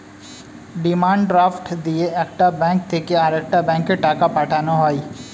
demand draft দিয়ে একটা bank থেকে আরেকটা ব্যাঙ্কে টাকা পাঠানো হয়